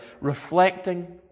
reflecting